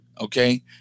Okay